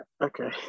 okay